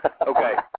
Okay